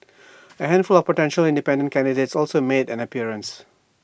A handful of potential independent candidates also made an appearance